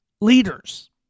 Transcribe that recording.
leaders